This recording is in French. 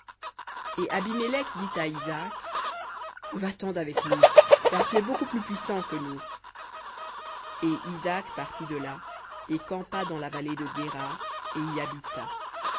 et abimélec dit à isaac va-t'en d'avec nous car tu es beaucoup plus puissant que nous v ou et isaac partit de là et campa dans la vallée de guérar et y habita